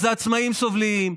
אז העצמאים סובלים,